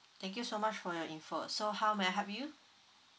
thank you so much for your info so how may I help you